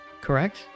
correct